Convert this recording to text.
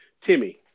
Timmy